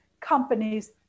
companies